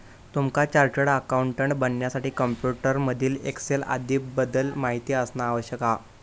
तुमका chartered accountant बनण्यासाठी computer मधील एक्सेल आदीं बद्दल माहिती असना आवश्यक हा